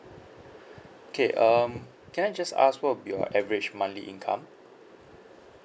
okay um can I just ask what will be your average monthly income